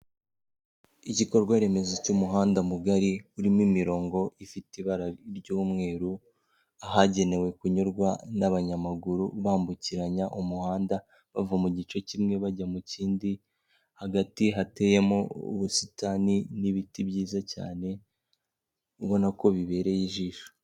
Igikorwa remezo cy'umuhanda mugari, urimo imirongo ifite ibara ry'umweru, ahagenewe kunyurwa n'abanyamaguru, bambukiranya umuhanda, bava mu gice kimwe bajya mu kindi, hagati hateyemo ubusitani n'ibiti byiza cyane, ubona ko bibereye ijisho.